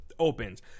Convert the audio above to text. opens